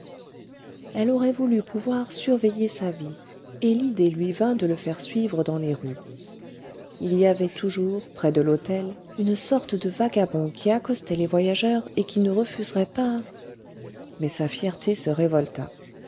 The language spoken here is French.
elle aurait voulu pouvoir surveiller sa vie et l'idée lui vint de le faire suivre dans les rues il y avait toujours près de l'hôtel une sorte de vagabond qui accostait les voyageurs et qui ne refuserait pas mais sa fierté se révolta